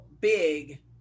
big